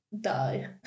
die